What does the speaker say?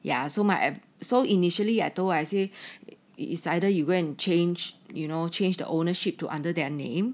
ya so my so initially I told I say it is either you go and change you know change the ownership to under their name